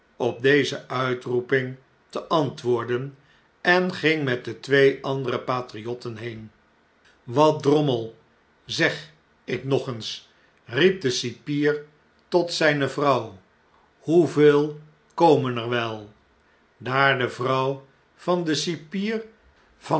op deze uitroeping te antwoorden en ging met de twee andere patriotten heen wat drommel zeg ik nog eens riep de cipier tot zijne vrouw hoeveel komen er wel daar de vrouw van den cipier